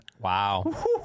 Wow